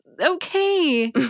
okay